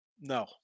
No